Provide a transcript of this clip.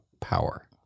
power